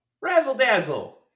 Razzle-dazzle